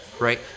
right